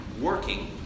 working